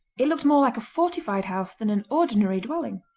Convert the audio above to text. it looked more like a fortified house than an ordinary dwelling.